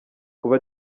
kuba